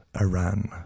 Iran